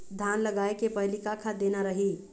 धान लगाय के पहली का खाद देना रही?